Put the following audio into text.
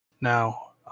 Now